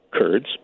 Kurds